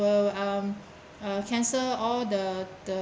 um cancel all the the